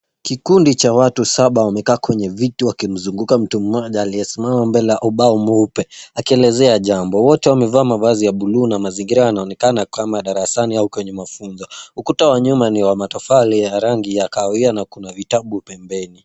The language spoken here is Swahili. Kikundi cha watu saba wamekaa kwenye viti wakimzunguka mtu mmoja aiyesimama mbele ya ubao mweupe akielezea jambo. Wote wamevaa mavazi ya buluu na mazingira yanaonekana kama madarasani au kwenye mafunzo. Ukuta wa nyuma ni wa matofali ya rangi ya kahawia na kuna vitabu pembeni.